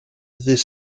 ddydd